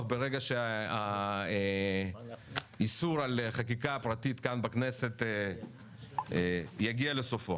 ברגע שהאיסור על החקיקה הפרטית כאן בכנסת יגיע לסופו.